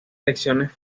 lecciones